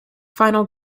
final